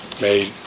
made